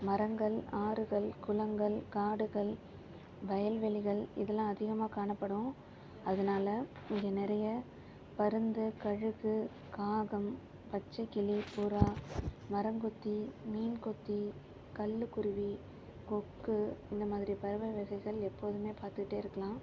மரங்கள் ஆறுகள் குளங்கள் காடுகள் வயல்வெளிகள் இதுல்லாம் அதிகமாக காணப்படும் அதனால இங்கே நிறைய பருந்து கழுகு காகம் பச்சைக்கிளி புறா மரங்கொத்தி மீன்கொத்தி கல்லுக்குருவி கொக்கு இந்த மாதிரி பறவை வகைகள் எப்போதுமே பார்த்துட்டே இருக்கலாம்